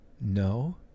no